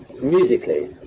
musically